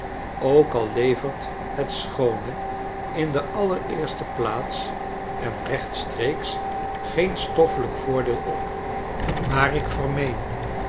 ook al levert het schoone in de allereerste plaats en rechtstreeks geen stoffelijk voordeel op maar ik vermeen